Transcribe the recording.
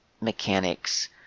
mechanics